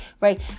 right